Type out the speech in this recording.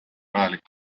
vajalik